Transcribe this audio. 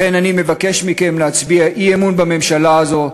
לכן אני מבקש מכם להצביע אי-אמון בממשלה הזו,